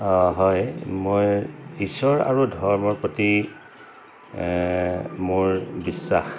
অঁ হয় মই ঈশ্বৰ আৰু ধৰ্মৰ প্ৰতি মোৰ বিশ্বাস